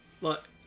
Look